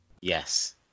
Yes